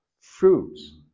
fruits